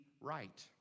right